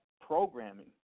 programming